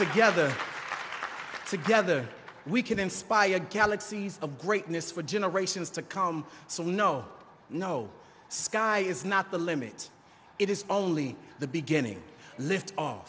a gathering a together we can inspire galaxies of greatness for generations to come so no no sky is not the limit it is only the beginning lived on